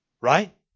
Right